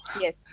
Yes